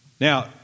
Now